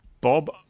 Bob